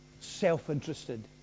self-interested